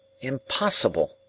IMPOSSIBLE